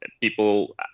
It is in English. people